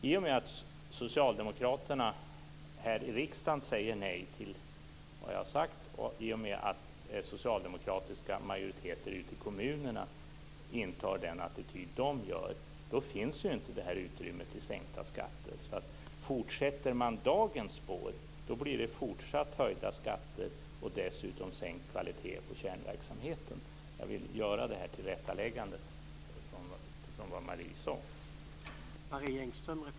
I och med att Socialdemokraterna här i riksdagen säger nej till vad jag har sagt, och i och med att socialdemokratiska majoriteter ute i kommunerna intar den attityd som de gör, finns ju inte det här utrymmet till sänkta skatter. Fortsätter man i dagens spår, så blir det fortsatt höjda skatter - och dessutom sänkt kvalitet på kärnverksamheten. Jag vill göra det här tillrättaläggandet utifrån vad Marie Engström sade.